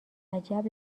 عجب